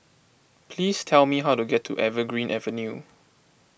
please tell me how to get to Evergreen Avenue